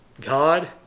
God